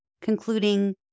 concluding